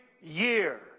year